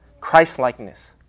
Christ-likeness